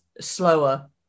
slower